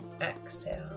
exhale